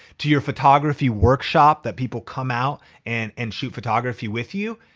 to your photography workshop that people come out and and shoot photography with you.